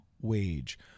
wage